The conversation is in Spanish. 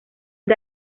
del